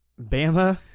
Bama